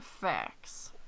facts